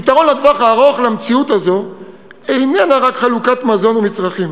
הפתרון בטווח הארוך למציאות הזאת איננו רק חלוקת מזון ומצרכים